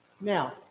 Now